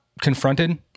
confronted